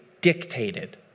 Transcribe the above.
dictated